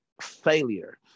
failure